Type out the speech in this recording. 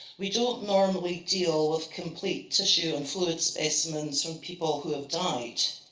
we don't normally deal with complete tissue and fluid specimens from people who have died.